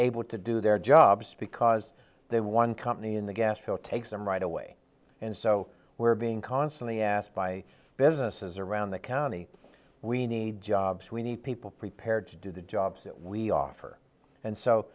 able to do their jobs because they one company in the gas field takes them right away and so we're being constantly asked by businesses around the county we need jobs we need people prepared to do the jobs that we offer and so